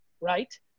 right